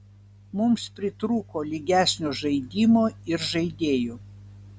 mums pritrūko lygesnio žaidimo ir žaidėjų